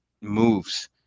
moves